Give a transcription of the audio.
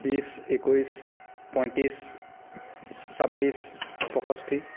বিশ একৈছ পঁয়ত্ৰিছ ছাব্বিছ পঁয়ষষ্ঠি